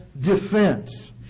defense